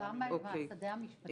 הוא בא מהשדה המשפטי?